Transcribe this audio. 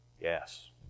Yes